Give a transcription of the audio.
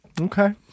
Okay